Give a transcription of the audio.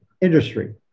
Industry